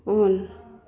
उन